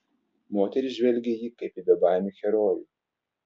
moterys žvelgė į jį kaip į bebaimį herojų